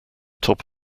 top